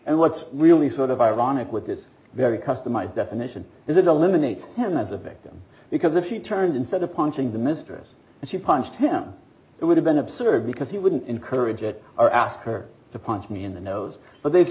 and what's really sort of ironic with this very customized definition is an illuminated him as a victim because if you turned instead of punching the mistress and she punched him it would have been absurd because he wouldn't encourage it or ask her to punch me in the nose but they've